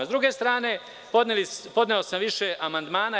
S druge strane, podneo sam više amandmana.